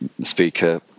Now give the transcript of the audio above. speaker